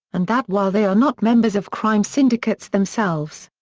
and that while they are not members of crime syndicates themselves.